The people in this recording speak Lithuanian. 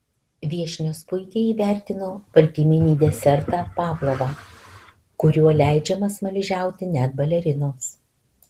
viešnios puikiai įvertino baltyminį desertą pavlovą kuriuo leidžiama smaližiauti net balerinoms